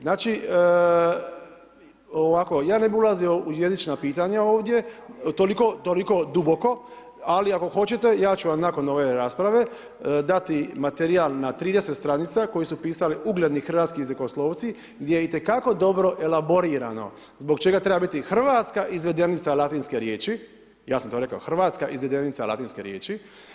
Znači ovako, ja ne bih ulazio u jezična pitanja ovdje, toliko duboko, ali ako hoćete ja ću vam nakon ove rasprave dati materijal na 30 stranica koje su pisali ugledni hrvatski jezikoslovci gdje je itekako dobro elaborirano zbog čega treba biti hrvatska izvedenica latinske riječi, ja sam to rekao hrvatska izvedenica latinske riječi.